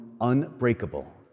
unbreakable